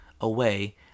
away